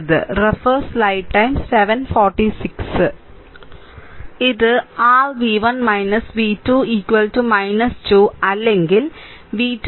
ഇത് r v1 v2 2 അല്ലെങ്കിൽ v2 v1 2